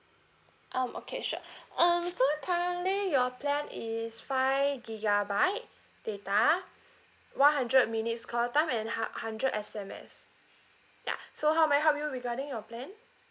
um okay sure um so currently your plan is five gigabyte data one hundred minutes call time and hun~ hundred S_M_S ya so how may I help you regarding your plan